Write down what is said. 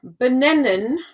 Benennen